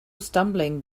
stumbling